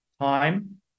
time